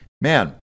Man